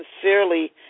sincerely